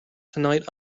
tonight